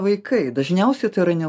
vaikai dažniausiai tai yra ne